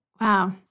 Wow